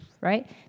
right